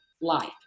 life